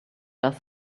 does